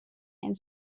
and